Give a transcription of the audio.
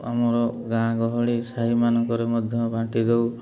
ଆମର ଗାଁ ଗହଳି ସାହିମାନଙ୍କରେ ମଧ୍ୟ ବାଣ୍ଟି ଦେଉ